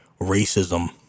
racism